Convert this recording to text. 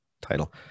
title